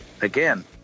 Again